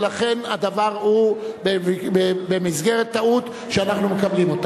ולכן הדבר הוא במסגרת טעות שאנחנו מקבלים.